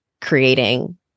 creating